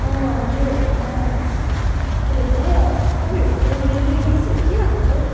हजुरहरूकोमा के भन्छ तपाईँहरूकोतिर नयाँ नयाँ डिसहरू के आएको छ हौ